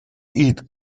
eat